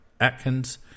Atkins